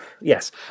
Yes